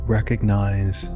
Recognize